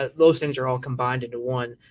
ah those things are all combined into one.